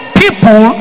people